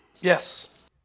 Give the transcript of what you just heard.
Yes